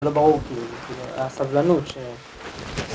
לא ברור, כאילו, כאילו, הסבלנות ש...